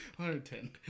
110